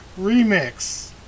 remix